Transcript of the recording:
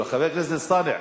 חבר הכנסת אלסאנע,